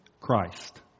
Christ